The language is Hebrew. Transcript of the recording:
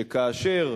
שכאשר